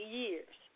years